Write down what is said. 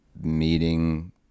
meeting